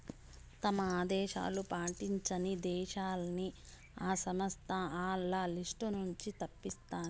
తమ ఆదేశాలు పాటించని దేశాలని ఈ సంస్థ ఆల్ల లిస్ట్ నుంచి తప్పిస్తాది